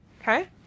Okay